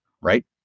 right